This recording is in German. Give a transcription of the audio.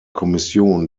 kommission